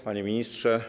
Panie Ministrze!